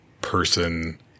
person